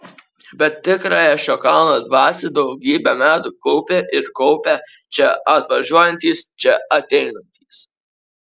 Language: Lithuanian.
bet tikrąją šio kalno dvasią daugybę metų kaupė ir kaupia čia atvažiuojantys čia ateinantys